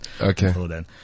okay